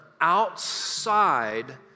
outside